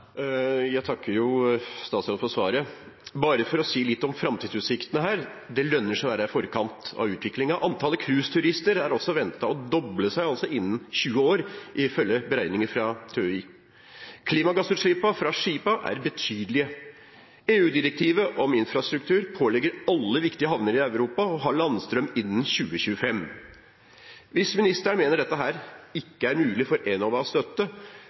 Jeg takker statsråden for svaret. Bare for å si litt om framtidsutsiktene her: Det lønner seg å være i forkant av utviklingen. Antallet cruiseturister er også ventet å doble seg innen 20 år, ifølge beregninger fra TØI. Klimagassutslippene fra skipene er betydelige. EU-direktivet om infrastruktur pålegger alle viktige havner i Europa å ha landstrøm innen 2025. Hvis ministeren mener dette ikke er mulig for Enova å støtte,